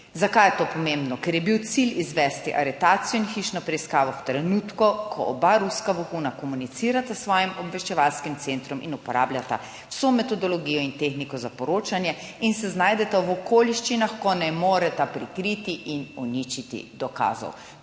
Zakaj je to pomembno? Ker je bil cilj izvesti aretacijo in hišno preiskavo v trenutku, ko oba ruska vohuna komunicirata s svojim obveščevalskim centrom in uporabljata vso metodologijo in tehniko za poročanje in se znajdeta v okoliščinah, ko ne moreta prikriti in uničiti dokazov.